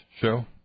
show